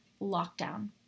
lockdown